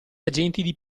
agenti